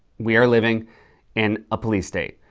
we are living in a police state.